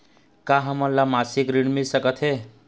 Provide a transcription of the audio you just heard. का हमन ला मासिक ऋण मिल सकथे?